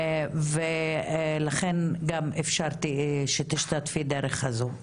ולכן גם אפשרתי שתשתתפי דרך הזום.